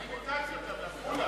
אני ביטלתי אותה בעפולה.